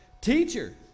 Teacher